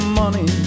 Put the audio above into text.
money